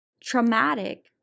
traumatic